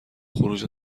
خروج